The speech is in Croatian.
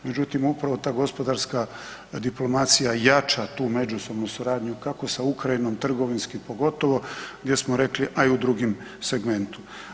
Međutim, upravo ta gospodarska diplomacija jača tu međusobnu suradnju kako sa Ukrajinom trgovinski pogotovo gdje smo rekli a i u drugom segmentu.